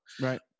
Right